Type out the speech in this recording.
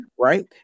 Right